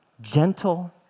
gentle